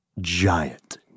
giant